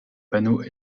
panneau